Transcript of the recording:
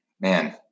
man